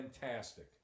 fantastic